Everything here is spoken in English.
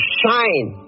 shine